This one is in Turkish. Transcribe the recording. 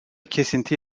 kesinti